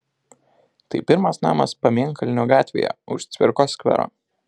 tai pirmas namas pamėnkalnio gatvėje už cvirkos skvero